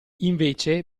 invece